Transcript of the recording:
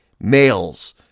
males